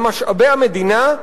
למשאבי המדינה,